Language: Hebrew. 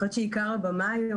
אני חושבת שעיקר הבמה היום,